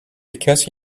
because